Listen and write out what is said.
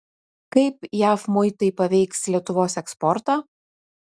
kaip jav muitai paveiks lietuvos eksportą